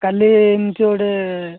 କାଲି ଏମିତି ଗୋଟେ